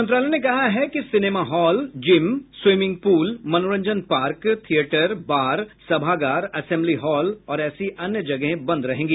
गृह मंत्रालय ने कहा है कि cinema hall gym swimming pool मनोरंजन पार्क थिएटर बार सभागार असेम्बली हॉल और ऐसी अन्य जगहें बंद रहेंगी